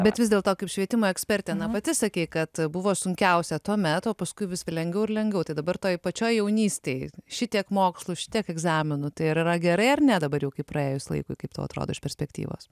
bet vis dėlto kaip švietimo ekspertė na pati sakei kad buvo sunkiausia tuomet o paskui vis lengviau ir lengviau tai dabar toj pačioj jaunystėj šitiek mokslų šitiek egzaminų tai ar yra gerai ar ne dabar jau kai praėjus laikui kaip tau atrodo iš perspektyvos